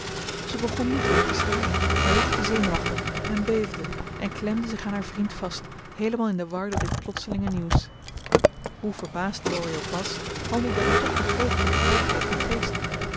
zij begon niet weer te schreien maar lachte zenuwachtig en beefde en klemde zich aan haar vriend vast heelemaal in de war door dit plotselinge nieuws hoe verbaasd laurie ook was handelde hij toch met groote tegenwoordigheid van geest